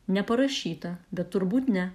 neparašyta bet turbūt ne